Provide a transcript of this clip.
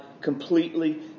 completely